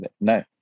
no